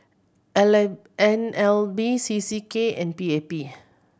N L B C C K and P A P